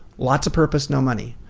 lots of purpose, no money.